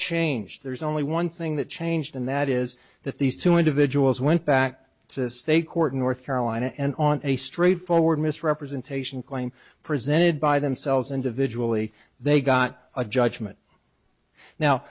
changed there's only one thing that changed and that is that these two individuals went back to state court in north carolina and on a straightforward misrepresentation claim presented by themselves individually they got a judgment now